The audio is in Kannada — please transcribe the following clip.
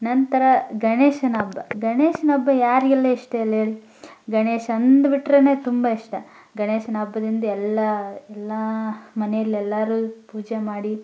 ನಂತರ ಗಣೇಶನ ಹಬ್ಬ ಗಣೇಶನ ಹಬ್ಬ ಯಾರಿಗೆಲ್ಲ ಇಷ್ಟ ಇಲ್ಲ ಹೇಳಿ ಗಣೇಶ ಅಂದು ಬಿಟ್ರೆ ತುಂಬ ಇಷ್ಟ ಗಣೇಶನ ಹಬ್ಬದಂದ್ ಎಲ್ಲ ಎಲ್ಲ ಮನೆಯಲ್ಲೆಲ್ಲರೂ ಪೂಜೆ ಮಾಡಿ